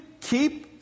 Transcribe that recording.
keep